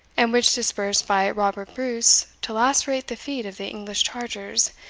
and which, dispersed by robert bruce to lacerate the feet of the english chargers,